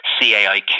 CAIQ